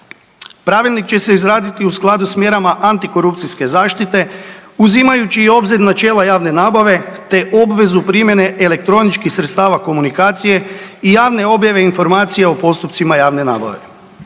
Pravilnik će se izraditi u skladu s mjerama antikorupcijske zaštite uzimajući i u obzir načela javne nabave, te obvezu primjene elektroničkih sredstava komunikacije i javne objave informacije o postupcima javne nabave.